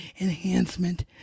enhancement